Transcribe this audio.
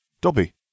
Dobby